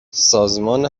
سازمان